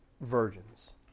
Virgins